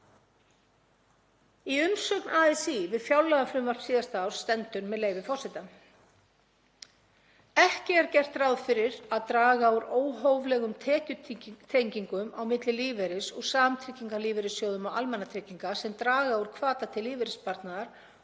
Í umsögn ASÍ um fjárlagafrumvarp ársins 2020 stendur, með leyfi forseta: „Ekki er gert ráð fyrir að draga úr óhóflegum tekjutengingum milli lífeyris úr samtryggingarlífeyrissjóðum og almannatrygginga sem draga úr hvata til lífeyrissparnaðar og